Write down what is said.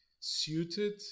Suited